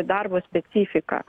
darbo specifika